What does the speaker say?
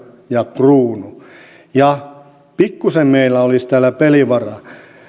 ja kruunu ja pikkusen meillä olisi täällä pelivaraa